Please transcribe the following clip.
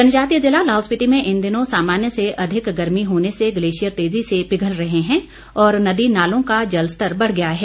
जनजातीय जिला लाहौल स्पिति में इन दिनों सामान्य से अधिक गर्मी होने से गलेशियर तेजी से पिघल रहे हैं और नदी नालों का जल स्तर बढ़ गया है